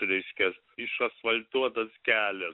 reiškias išasfaltuotas kelias